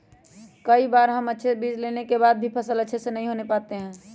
कई बार हम अच्छे बीज लेने के बाद भी फसल अच्छे से नहीं हो पाते हैं?